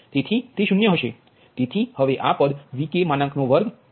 તેથી તે 0 હશે